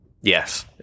Yes